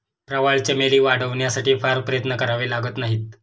प्रवाळ चमेली वाढवण्यासाठी फार प्रयत्न करावे लागत नाहीत